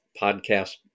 podcast